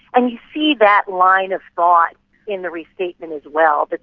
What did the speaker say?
and you see that line of thought in the restatement as well, but